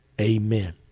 Amen